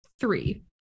three